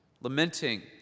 lamenting